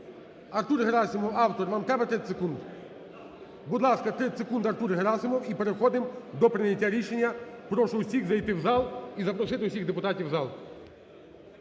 Артур Герасимов, автор вам треба 30 секунд? Будь ласка, 30 секунд Артур Герасимов і переходимо до прийняття рішення, прошу всіх зайти в зал і запросити всіх депутатів в зал.